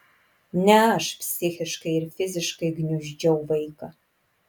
ne aš psichiškai ir fiziškai gniuždžiau vaiką